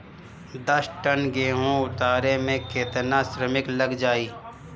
दस टन गेहूं उतारे में केतना श्रमिक लग जाई?